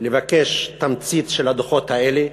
לבקש תמצית של הדוחות האלה,